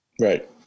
Right